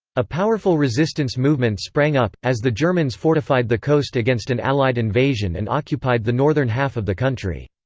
a powerful resistance movement sprang up, as the germans fortified the coast against an allied invasion and occupied the northern half of the country.